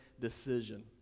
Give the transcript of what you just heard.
decision